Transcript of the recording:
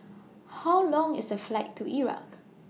How Long IS The Flight to Iraq